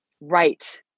right